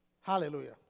Hallelujah